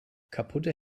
kaputte